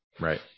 Right